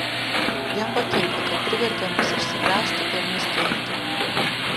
jam patinka kad privertė mus išsigąsti ir nustėrti